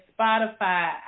Spotify